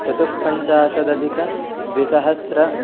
चतुःपञ्चाशदधिकद्विसहस्र